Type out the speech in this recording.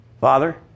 father